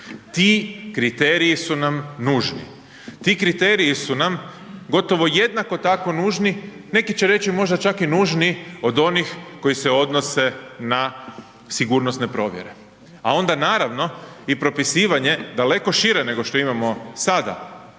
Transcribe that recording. Ti kriteriji su nam nužni, ti kriteriji su nam gotovo jednako tako nužni, neki će reći možda čak i nužniji od onih koji se odnose na sigurnosne provjere. A onda naravno i propisivanje daleko šire nego što imamo sada,